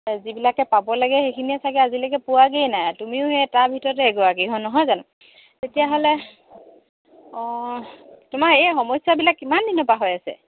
যিবিলাকে পাব লাগে সেইখিনিয়ে চাগৈ আজিলৈকে পোৱাগৈয়ে নাই তুমিও তাৰ ভিতৰতে এগৰাকী হয় নহয় জানো তেতিয়াহ'লে অঁ তোমাৰ এই সমস্যাবিলাক কিমান দিনৰপৰা হৈ আছে